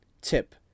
Tip